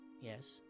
Yes